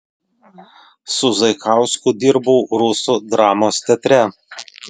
su zaikausku dirbau rusų dramos teatre